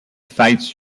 fights